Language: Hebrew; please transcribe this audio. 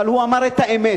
אבל הוא אמר את האמת,